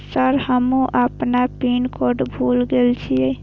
Sir हमू अपना pin code भूल गेल जीये?